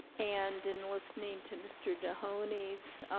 and in listening to mr. dohoney's,